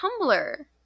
tumblr